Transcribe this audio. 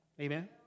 Amen